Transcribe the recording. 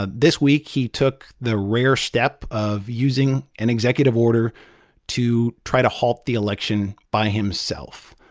ah this week, he took the rare step of using an executive order to try to halt the election by himself.